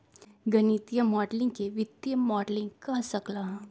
गणितीय माडलिंग के वित्तीय मॉडलिंग कह सक ल ह